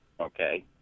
okay